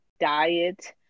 diet